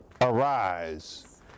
arise